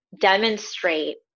demonstrate